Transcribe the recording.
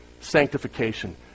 Sanctification